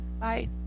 Bye